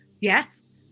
Yes